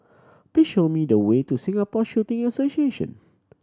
please show me the way to Singapore Shooting Association